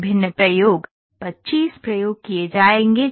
विभिन्न प्रयोग 25 प्रयोग किए जाएंगे